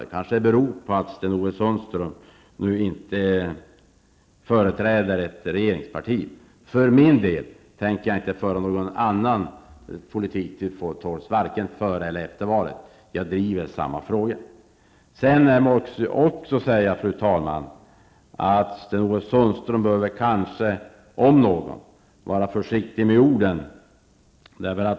Det kanske beror på att Sten Ove Sundström inte längre företräder ett regeringsparti. För min del tänker jag inte föra någon annan politik -- varken före eller efter valet. Jag driver samma frågor. Sten-Ove Sundström bör, om någon, vara försiktig med orden.